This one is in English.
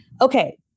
Okay